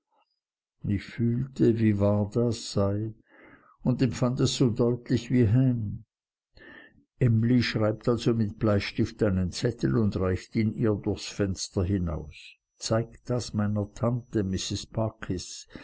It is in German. ich fühlte wie wahr das sei und empfand es so deutlich wie ham emly schreibt also mit bleistift einen zettel und reicht ihn ihr durchs fenster hinaus zeig das meiner tante